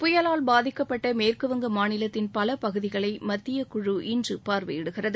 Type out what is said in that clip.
புயலால் பாதிக்கப்பட்ட மேற்கு வங்க மாநிலத்தின் பல பகுதிகளை மத்திய குழு இன்று பார்வையிடுகிறது